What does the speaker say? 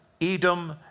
Edom